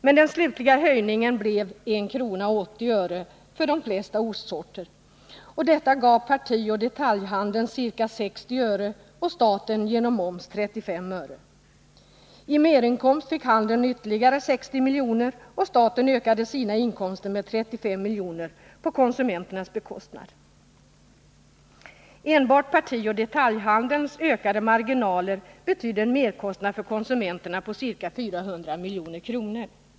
Men den slutliga höjningen blev 1:80 kr. för de flesta ostsorter. Detta gav partioch detaljhandeln ca 60 öre och staten genom moms 35 öre. I merinkomst fick handeln ytterligare 60 miljoner och staten ökade sina inkomster med 35 miljoner på konsumenternas bekostnad. Enbart partioch detaljhandelns ökade marginaler betydde en merkostnad för konsumenterna på ca 400 milj.kr.